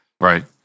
Right